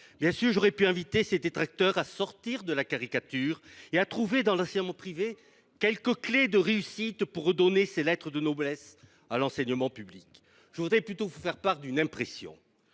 Bien sûr, j’aurais pu inviter ses détracteurs à sortir de la caricature et à trouver dans l’enseignement privé quelques clés de réussite, afin de redonner ses lettres de noblesse à l’enseignement public. Faites donc un rapport ! Je souhaiterais plutôt vous faire part d’une impression.